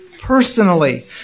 personally